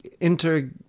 inter